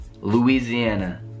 Louisiana